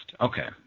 okay